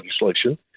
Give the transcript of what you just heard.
legislation